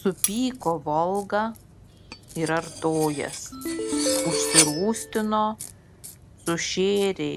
supyko volga ir artojas užsirūstino sušėrė